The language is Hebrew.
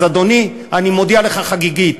אז, אדוני, אני מודיע לך חגיגית: